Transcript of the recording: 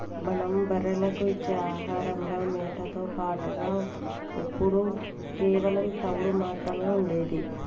మనం బర్రెలకు ఇచ్చే ఆహారంలో మేతతో పాటుగా ఒప్పుడు కేవలం తవుడు మాత్రమే ఉండేది